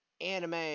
anime